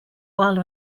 while